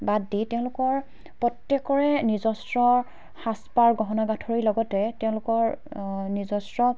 বাদ দি তেওঁলোকৰ প্ৰত্যেকৰে নিজস্ব সাজ পাৰ গহনা গাঁঠৰিৰ লগতে তেওঁলোকৰ নিজস্ব